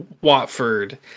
Watford